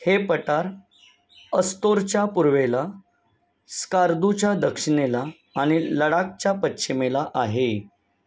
हे पठार अस्तोरच्या पूर्वेला स्कार्दूच्या दक्षिणेला आणि लडाखच्या पश्चिमेला आहे